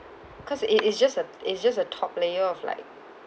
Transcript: because it it just a it's just a top layer of like